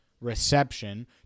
reception